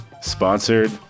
Sponsored